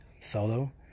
solo